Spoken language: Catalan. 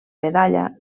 medalla